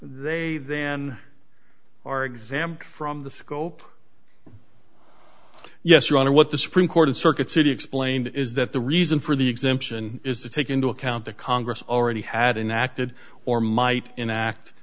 they then are exempt from the scope yes your honor what the supreme court of circuit city explained is that the reason for the exemption is to take into account the congress already hadn't acted or might enact